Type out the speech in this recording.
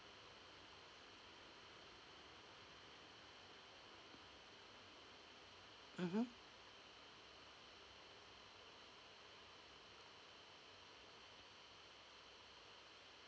mmhmm